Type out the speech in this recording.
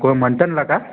कोण मंटनला का